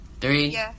Three